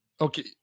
Okay